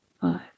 five